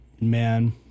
man